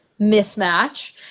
mismatch